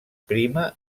prima